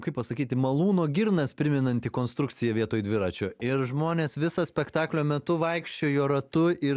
kaip pasakyti malūno girnas primenanti konstrukcija vietoj dviračio ir žmonės visą spektaklio metu vaikščiojo ratu ir